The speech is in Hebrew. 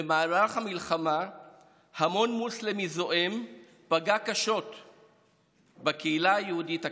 במהלך המלחמה המון מוסלמי זועם פגע קשות בקהילה היהודית הקטנה.